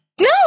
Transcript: No